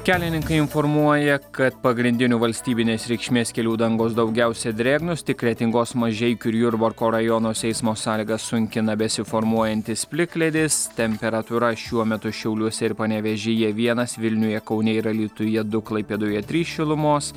kelininkai informuoja kad pagrindinių valstybinės reikšmės kelių dangos daugiausiai drėgnos tik kretingos mažeikių ir jurbarko rajonuose eismo sąlygas sunkina besiformuojantis plikledis temperatūra šiuo metu šiauliuose ir panevėžyje vienas vilniuje kaune ir alytuje du klaipėdoje trys šilumos